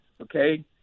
okay